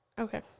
Okay